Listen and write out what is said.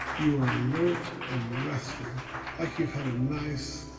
you are alert and rested like you've had a nice,